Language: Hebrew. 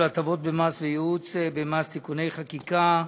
הטבות במס וייעוץ במס (תיקוני חקיקה)